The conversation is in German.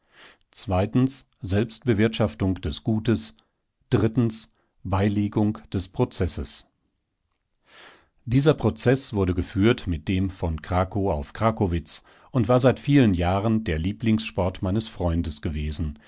prozesses dieser prozeß wurde geführt mit dem von krakow auf krakowitz und war seit vielen jahren der lieblingssport meines freundes gewesen